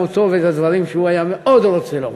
אותו ואת הדברים שהוא היה מאוד רוצה לומר,